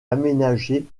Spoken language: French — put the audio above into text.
aménagés